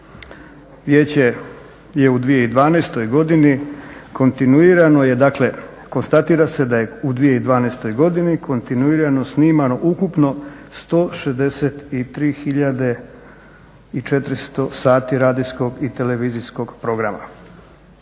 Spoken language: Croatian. se da je u 2012.godini kontinuirano snimano ukupno 163 tisuće 400 sati radijskog i televizijskog programa.